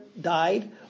died